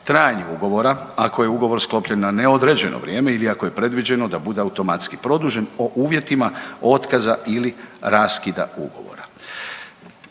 trajanju ugovora, ako je ugovor sklopljen na neodređeno vrijeme ili ako je predviđeno da bude automatski produžen, o uvjetima otkaza ili raskida ugovora.